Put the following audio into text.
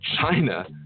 China